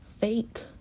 fake